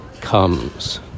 comes